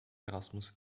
erasmus